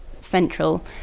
central